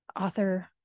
author